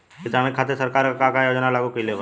किसानन के खातिर सरकार का का योजना लागू कईले बा?